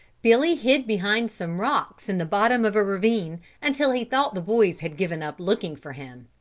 billy hid behind some rocks in the bottom of a ravine until he thought the boys had given up looking for him.